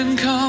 come